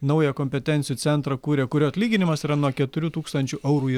naują kompetencijų centrą kuria kurio atlyginimas yra nuo keturių tūkstančių eurų į